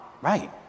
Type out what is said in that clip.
right